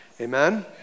Amen